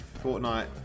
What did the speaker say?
Fortnite